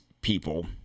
people